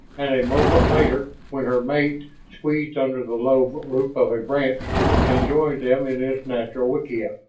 and a moment later when her mate squeezed under the low loop of a branch and joined them in this natural wickiup,